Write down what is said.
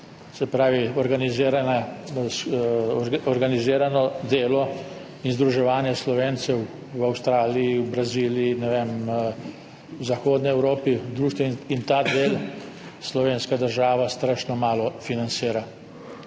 se pravi organizirano delo in združevanje Slovencev v Avstraliji, v Braziliji, ne vem, v zahodni Evropi v društvih. Ta del slovenska država strašno malo financira.